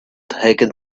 taking